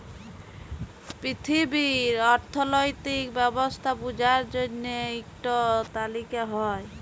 পিথিবীর অথ্থলৈতিক ব্যবস্থা বুঝার জ্যনহে ইকট তালিকা হ্যয়